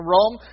Rome